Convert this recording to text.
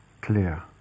clear